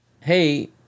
hey